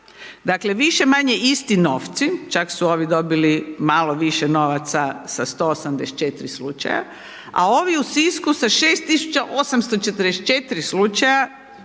Dakle, više-manje isti novci, čak su ovi dobili malo više novaca sa 184 slučaja, a ovi u Sisku sa 6844 slučaja,